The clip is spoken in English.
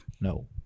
No